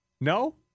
No